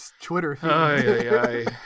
Twitter